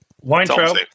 Weintraub